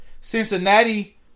Cincinnati